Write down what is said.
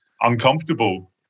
uncomfortable